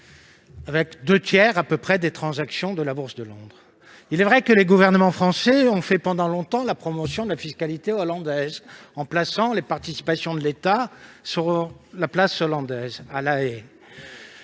près deux tiers des transactions de la Bourse de Londres. Il est vrai que les gouvernements français ont fait pendant longtemps la promotion de la fiscalité néerlandaise, en plaçant les participations de l'État sur la place néerlandaise, à La